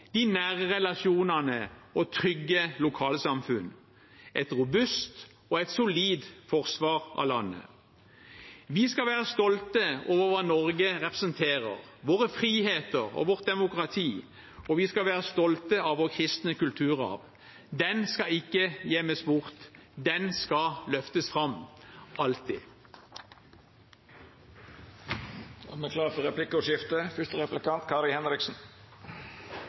de nære relasjonene og trygge lokalsamfunn, et robust og solid forsvar av landet. Vi skal være stolte over hva Norge representerer, våre friheter og vårt demokrati, og vi skal være stolte av vår kristne kulturarv. Den skal ikke gjemmes bort, den skal løftes fram – alltid. Det vert replikkordskifte. Arbeiderpartiet er sterkt bekymret for